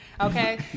okay